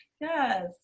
yes